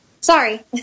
Sorry